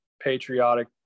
patriotic